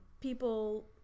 people